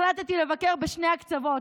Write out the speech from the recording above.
החלטתי לבקר בשני הקצוות.